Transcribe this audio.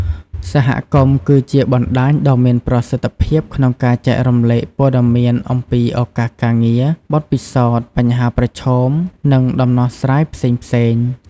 សហគមន៍គឺជាបណ្តាញដ៏មានប្រសិទ្ធភាពក្នុងការចែករំលែកព័ត៌មានអំពីឱកាសការងារ បទពិសោធន៍ បញ្ហាប្រឈម និងដំណោះស្រាយផ្សេងៗ ។